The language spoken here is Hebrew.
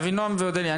אבינועם ואודליה,